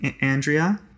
Andrea